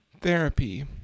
therapy